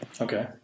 Okay